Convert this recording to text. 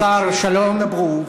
הם ידברו,